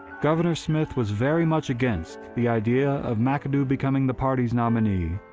governor smith was very much against the idea of mcadoo becoming the party's nominee,